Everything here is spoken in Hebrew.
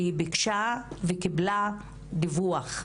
והיא ביקשה וקיבלה דיווח.